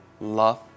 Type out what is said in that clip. love